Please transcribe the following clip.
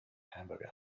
hamburger